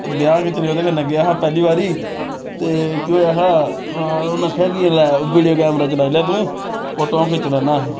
ब्याह् खिच्चने ओह्दे कन्नै गेआ हा पैह्ली बारी ते केह् होएआ हा उन्न आखेआ कि एह् लै वीडियो कैमरा चलाई लै तूं फोटोआं खिच्ची लैन्ना